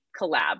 collab